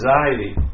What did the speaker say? anxiety